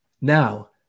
Now